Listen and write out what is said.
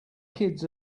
kids